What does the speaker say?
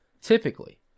typically